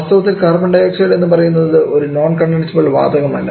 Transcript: വാസ്തവത്തിൽ കാർബൺഡയോക്സൈഡ് എന്ന് പറയുന്നത് ഒരു നോൺ കൺണ്ടൻസിബിൾ വാതകം അല്ല